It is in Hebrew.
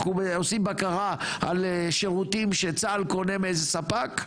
אנחנו עושים בקרה על שירותים שצה"ל קונה מאיזה ספק?